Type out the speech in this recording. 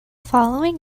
following